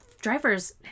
driver's